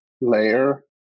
layer